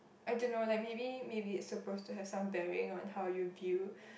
I don't know like maybe maybe it's suppose to have some baring on how you view